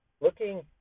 looking